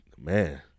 Man